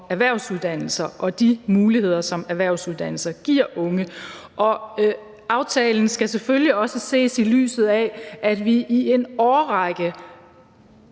erhvervsuddannelser og om de muligheder, som erhvervsuddannelser giver unge. Aftalen skal selvfølgelig også ses i lyset af, at et enigt